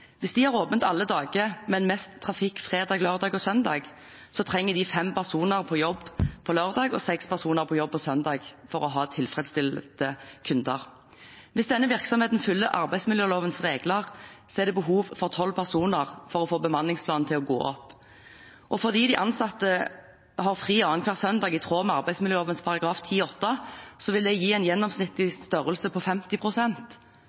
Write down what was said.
Hvis de har åpent alle dager, men har mest trafikk fredag, lørdag og søndag, trenger de fem personer på jobb på lørdag og seks personer på jobb på søndag for å ha tilfredsstilte kunder. Hvis denne virksomheten følger arbeidsmiljølovens regler, er det behov for tolv personer for å få bemanningsplanen til å gå opp, og fordi de ansatte har fri annenhver søndag, i tråd med arbeidsmiljøloven § 10-8, vil det gi en gjennomsnittlig